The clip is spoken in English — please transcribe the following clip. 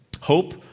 Hope